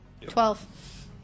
Twelve